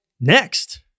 next